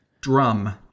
Drum